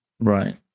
Right